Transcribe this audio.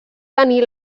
tenir